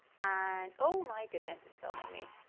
and oh, my goodness, it's filming me.